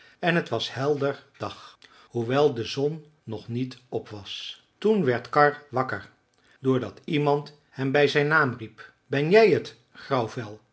en t was helder dag hoewel de zon nog niet op was toen werd karr wakker doordat iemand hem bij zijn naam riep ben jij het grauwvel